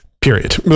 Period